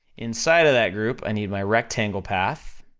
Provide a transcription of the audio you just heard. inside of that group, i need my rectangle path,